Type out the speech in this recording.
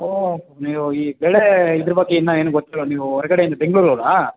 ಓಹ್ ನೀವು ಈ ಬೆಳೆ ಇದ್ರ ಬಗ್ಗೆ ಇನ್ನೂ ಏನು ಗೊತ್ತಿಲ್ಲವಾ ನೀವು ಹೊರ್ಗಡೆಯಿಂದ ಬೆಂಗ್ಳೂರವರಾ